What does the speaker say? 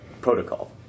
protocol